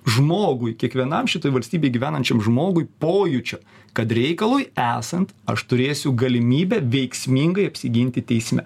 žmogui kiekvienam šitoj valstybėj gyvenančiam žmogui pojūčio kad reikalui esant aš turėsiu galimybę veiksmingai apsiginti teisme